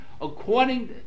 According